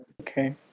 okay